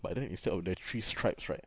but then instead of the three stripes right